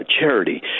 charity